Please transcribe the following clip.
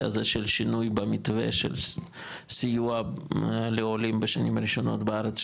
הזה של שינוי במתווה של סיוע לעולים בשנים הראשונות בארץ?